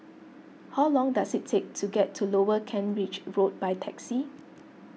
how long does it take to get to Lower Kent Ridge Road by taxi